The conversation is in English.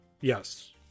Yes